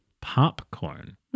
Popcorn